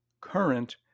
current